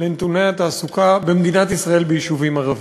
לנתוני התעסוקה במדינת ישראל ביישובים ערביים.